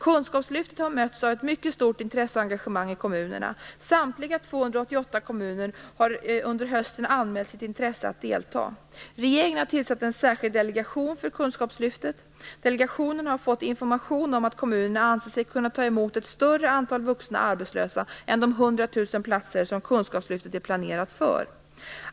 Kunskapslyftet har mötts av ett mycket stort intresse och engagemang i kommunerna. Samtliga 288 kommuner har under hösten anmält sitt intresse att delta. Regeringen har tillsatt en särskild delegation för Kunskapslyftet. Delegationen har fått information om att kommunerna anser sig kunna ta emot ett större antal vuxna arbetslösa än de 100 000 platser som Kunskapslyftet är planerat för.